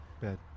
bed